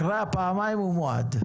אחרי הפעמיים, הוא מועד.